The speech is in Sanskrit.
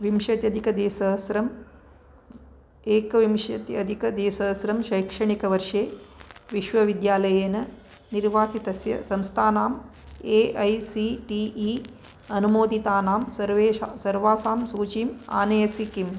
विंशत्यधिकद्विसहस्रम् एकविंशत्यधिक द्विसहस्रं शैक्षणिकवर्षे विश्वविद्यालयेन निर्वाचितस्य संस्थानाम् A I C T E अनुमोदितानां सर्वेषा सर्वासां सूचीम् आनयसि किम्